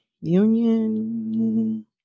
Union